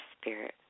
spirit